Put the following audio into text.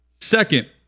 Second